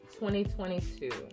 2022